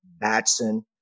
Batson